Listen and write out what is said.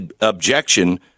objection